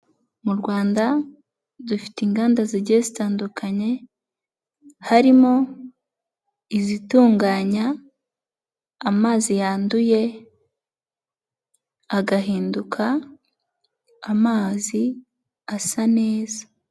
Mu Rwanda dufite inganda zigiye zitandukanye, harimo izitunganya amazi yanduye, agahinduka amazi asa neza.